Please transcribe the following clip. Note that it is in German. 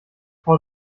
frau